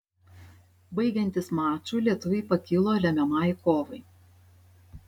baigiantis mačui lietuviai pakilo lemiamai kovai